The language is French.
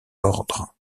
l’ordre